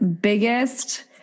biggest